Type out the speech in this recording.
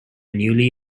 newly